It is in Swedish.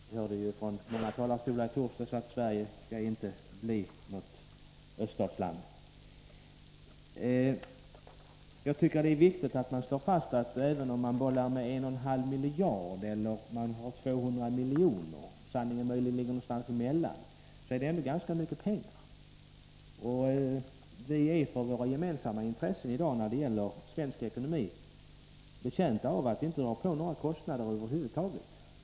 Vi hörde från många talarstolar i torsdags att Sverige inte skall bli något öststatsland. Man bollar här med summor på 1,5 miljarder och 200 miljoner. Oberoende av vilket belopp som är rätt — sanningen ligger förmodligen någonstans mittemellan — är det viktigt att slå fast att det ändå rör sig om ganska mycket pengar. Vi är, för våra gemensamma intressens skull när det gäller svensk ekonomi, betjänta av att vi inte drar på oss några extra kostnader över huvud taget.